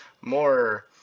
more